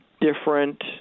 different